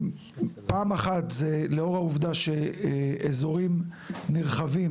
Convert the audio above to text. פעם אחת זה לאור העובדה שאזורים נרחבים